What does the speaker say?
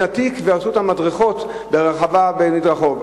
עתיק ועשו אותן מדרכות ברחבה במדרחוב.